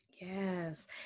Yes